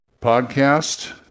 podcast